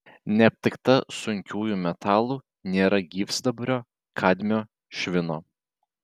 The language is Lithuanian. neaptikta sunkiųjų metalų nėra gyvsidabrio kadmio švino